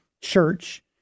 church